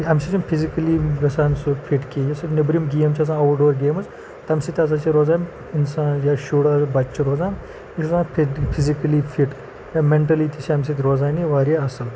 اَمہِ سۭتۍ چھِ یِم فِزِکلی گژھان سُہ فِٹ کِہیٖنۍ یُس یِم نٮ۪برِم گیم چھِ آسان آوُٹ ڈور گیمٕز تَمہِ سۭتۍ ہَسا چھِ روزان اِنسان یا شُر اگر بَچہِ چھِ روزان یہِ چھُ روزان فِٹ فِزِکٔلی فِٹ یا مینٹٔلی تہِ چھِ اَمہِ سۭتۍ روزان یہِ واریاہ اَصٕل